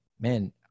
man